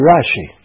Rashi